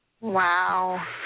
Wow